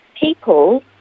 people